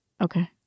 okay